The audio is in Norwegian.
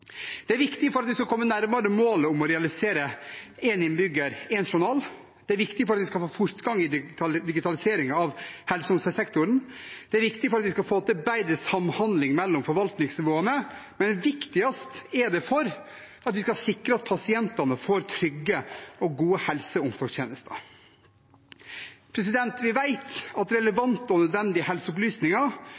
Det er viktig for at vi skal komme nærmere å realisere målet om én innbygger, én journal. Det er viktig for at vi skal få fortgang i digitaliseringen av helse- og omsorgssektoren. Det er viktig for at vi skal få til bedre samhandling mellom forvaltningsnivåene. Men viktigst er det for at vi skal sikre at pasientene får trygge og gode helse- og omsorgstjenester. Vi vet at relevante og nødvendige helseopplysninger